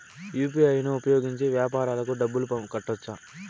UPI ను ఉపయోగించి వ్యాపారాలకు డబ్బులు కట్టొచ్చా?